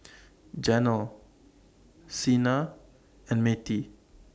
Janel Cena and Mattye